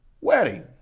wedding